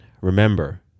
remember